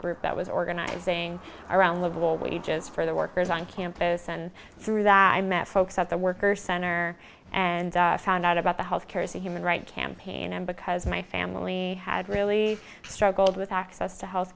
group that was organizing around livable wages for the workers on campus and through that i met folks at the workers center and found out about the health care is a human right campaign and because my family had really struggled with access to health